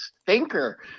stinker